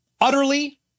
utterly